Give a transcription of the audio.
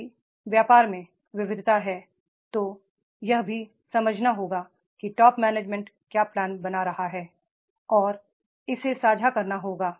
यदि व्यापार में विविधता है तो यह भी समझना होगा कि टॉप मैनेजमेंट क्या प्लान बना रहा है और इसे साझा करना होगा